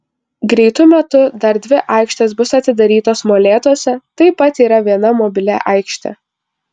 greitu metu dar dvi aikštės bus atidarytos molėtuose taip pat yra viena mobili aikštė